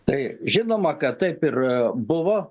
tai žinoma kad taip ir buvo